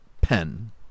pen